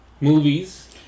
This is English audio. Movies